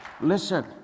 listen